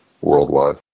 worldwide